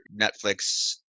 Netflix